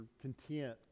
content